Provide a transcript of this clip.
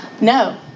No